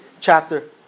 chapter